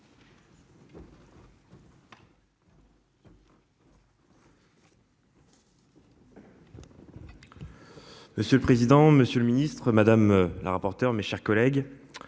Monsieur le président, Monsieur le Ministre, madame la rapporteure, mes chers collègues.